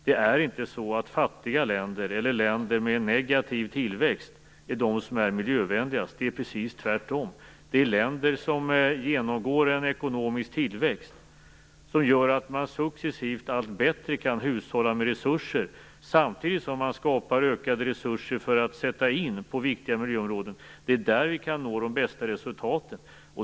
Det är inte så att fattiga länder, eller länder med negativ tillväxt, är miljövänligast. Det är precis tvärtom. Det är länder som genomgår en ekonomisk tillväxt som successivt allt bättre kan hushålla med resurser och samtidigt skapa ökade resurser för att sätta in på viktiga miljöområden. Det är så vi kan nå de bästa resultaten.